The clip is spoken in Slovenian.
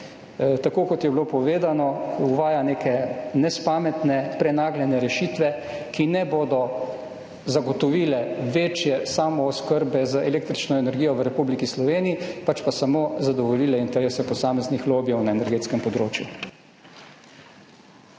tako kot je bilo povedano, uvaja neke nespametne, prenagljene rešitve, ki ne bodo zagotovile večje samooskrbe z električno energijo v Republiki Sloveniji, pač pa samo zadovoljile interese posameznih lobijev na energetskem področju.